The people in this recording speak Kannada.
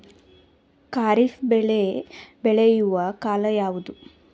ಖಾರಿಫ್ ಬೆಳೆ ಬೆಳೆಯುವ ಕಾಲ ಯಾವುದು?